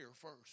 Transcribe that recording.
first